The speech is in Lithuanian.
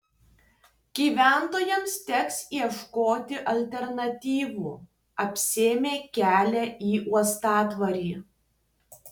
gyventojams teks ieškoti alternatyvų apsėmė kelią į uostadvarį